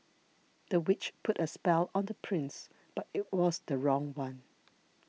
the witch put a spell on the prince but it was the wrong one